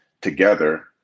together